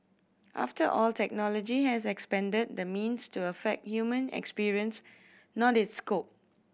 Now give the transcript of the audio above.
after all technology has expanded the means to affect human experience not its scope